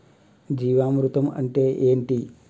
జీవామృతం అంటే ఏంటి?